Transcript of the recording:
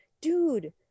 dude